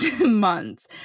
Months